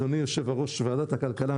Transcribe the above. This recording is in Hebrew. אדוני יושב ראש ועדת הכלכלה.